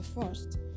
first